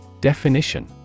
Definition